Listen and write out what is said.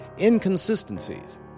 inconsistencies